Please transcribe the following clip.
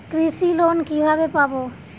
কৃষি লোন কিভাবে পাব?